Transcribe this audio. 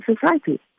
society